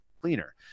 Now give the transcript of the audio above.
cleaner